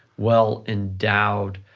well endowed,